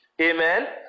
Amen